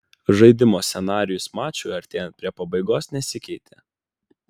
žaidimo scenarijus mačui artėjant prie pabaigos nesikeitė